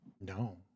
No